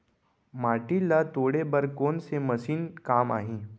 माटी ल तोड़े बर कोन से मशीन काम आही?